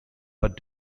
but